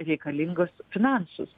reikalingus finansus